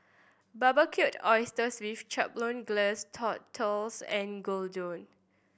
Barbecued Oysters with Chipotle Glaze Tortillas and Gyudon